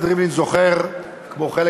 אין היגיון